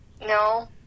No